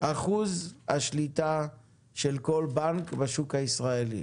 --- אחוז השליטה של כל בנק בשוק הישראלי.